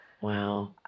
Wow